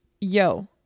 Yo